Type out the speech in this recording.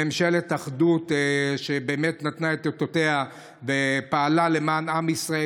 לממשלת אחדות שבאמת נתנה את אותותיה ופעלה למען עם ישראל.